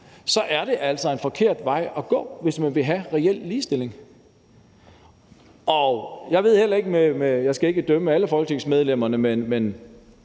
så er det altså en forkert vej at gå, hvis man vil have reel ligestilling. Jeg skal ikke dømme alle folketingsmedlemmerne, men